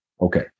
okay